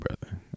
brother